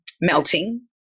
melting